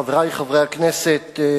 חברי חברי הכנסת,